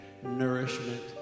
nourishment